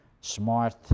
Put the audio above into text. smart